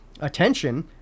attention